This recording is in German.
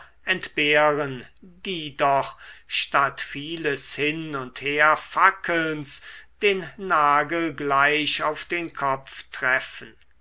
entbehren die doch statt vieles hin und herfackelns den nagel gleich auf den kopf treffen